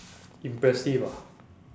impressive ah